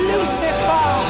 Lucifer